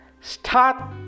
start